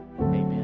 Amen